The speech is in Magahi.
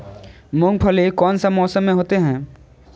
मूंगफली कौन सा मौसम में होते हैं?